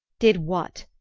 did what?